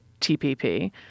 TPP